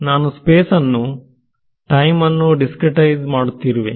ನಾನು ಸ್ಪೇಸ್ ಅನ್ನು ಮತ್ತು ಟೈಮ್ ಅನ್ನು ಡಿಸ್ಕ್ರಿಟೈಸ್ ಮಾಡುತ್ತಿರುವೆ